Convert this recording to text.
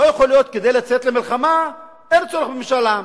לא יכול להיות שכדי לצאת למלחמה אין צורך במשאל עם,